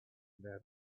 the